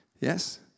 Yes